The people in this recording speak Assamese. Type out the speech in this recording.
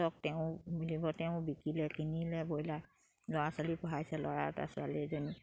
তেওঁ বুলিব তেওঁ বিকিলে কিনিলে ব্ৰইলাৰ ল'ৰা ছোৱালী পঢ়াইছে ল'ৰা এটা ছোৱালী এজনী